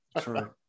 True